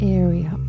area